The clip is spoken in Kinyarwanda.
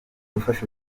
gufasha